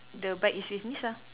the bag is with Nisa